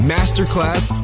Masterclass